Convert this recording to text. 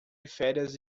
férias